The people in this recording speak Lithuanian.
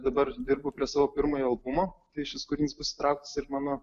dabar dirbu prie savo pirmojo albumo tai šis kūrinys bus įtrauktas į mano